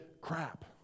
crap